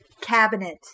cabinet